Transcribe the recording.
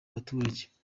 baturage